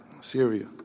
Syria